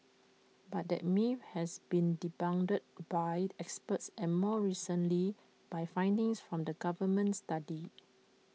but that myth has been debunked by experts and more recently by findings from the government study